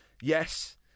Yes